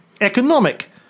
economic